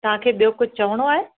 तव्हांखे ॿियो कुझु चवणो आहे